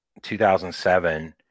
2007